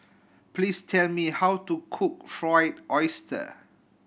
please tell me how to cook Fried Oyster